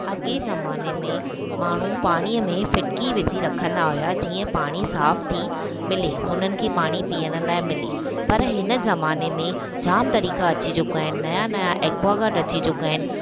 अॻिए ज़माने में माण्हूं पाणीअ में फिटकी विझी रखंदा हुया जीअं पाणी साफ़ु थी मिले हुननि खे पाणी पीअण लाइ मिले पर हिन ज़माने में जाम तरीक़ा अची चुकिया आहिनि नया नया एक्वागार्ड अची चुकिया आहिनि